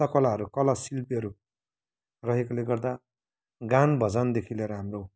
हस्तकलाहरू कलाशिल्पहरू रहेकोले गर्दा गान भजनदेखि लिएर हाम्रो